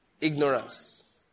Ignorance